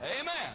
Amen